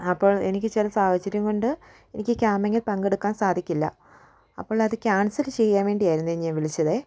അപ്പോൾ എനിക്ക് ചില സാഹചര്യം കൊണ്ട് എനിക്ക് ക്യാമ്പിങ്ങിൽ പങ്കെടുക്കാൻ സാധിക്കില്ല അപ്പോളത് ക്യാൻസൽ ചെയ്യാൻ വേണ്ടിയായിരുന്നു ഞാൻ വിളിച്ചത്